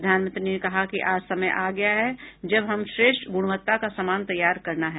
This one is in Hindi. प्रधानमंत्री ने कहा कि आज समय आ गया है जब हमें श्रेष्ठ गुणवत्ता का सामान तैयार करना है